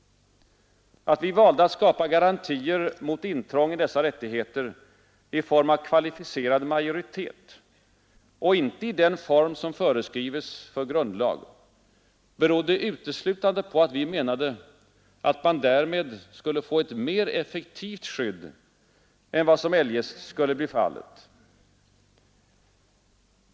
Att vi valde att skapa garantier mot intrång i dessa rättigheter i form av kvalificerad majoritet och inte i den form som föreskrives för grundlag berodde uteslutande på att vi menade att man därmed skulle få ett mer effektivt skydd än vad eljest skulle bli fallet.